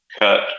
cut